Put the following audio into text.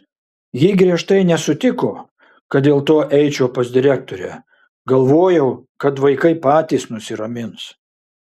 ji griežtai nesutiko kad dėl to eičiau pas direktorę galvojau kad vaikai patys nusiramins